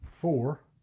Four